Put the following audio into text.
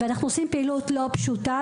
אנחנו עושים פעילות לא פשוטה,